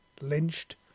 lynched